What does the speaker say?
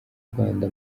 rwanda